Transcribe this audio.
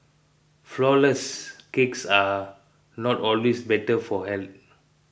Flourless Cakes are not always better for health